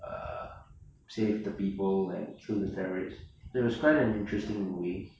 uh save the people and kill the terrorists it was quite a interesting movie